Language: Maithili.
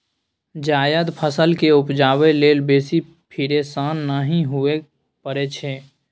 जायद फसल केँ उपजाबै लेल बेसी फिरेशान नहि हुअए परै छै